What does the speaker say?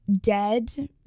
dead